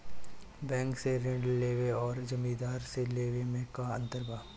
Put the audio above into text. Bank से ऋण लेवे अउर जमींदार से लेवे मे का अंतर बा?